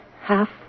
half